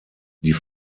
die